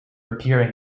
appearing